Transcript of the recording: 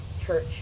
church